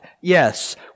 yes